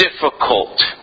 difficult